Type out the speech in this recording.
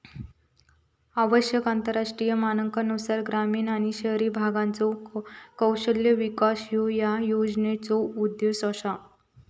आवश्यक आंतरराष्ट्रीय मानकांनुसार ग्रामीण आणि शहरी भारताचो कौशल्य विकास ह्यो या योजनेचो उद्देश असा